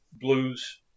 blues